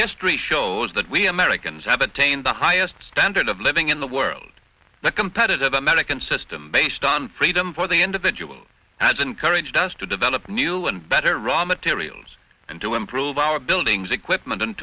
history shows that we americans have attained the highest standard of living in the world the competitive american system based on freedom for the individual has encouraged us to develop new and better raw materials and to improve our buildings equipment and